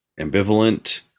Ambivalent